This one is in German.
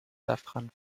safran